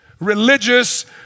Religious